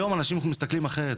היום אנשים מסתכלים אחרת.